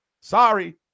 Sorry